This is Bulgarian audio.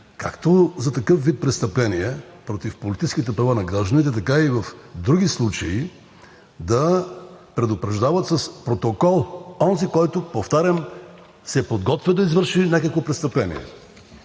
както за такъв вид престъпление против политическите права на гражданите, така и в други случаи да предупреждават с протокол онзи, който, повтарям, се подготвя да извърши някакво престъпление.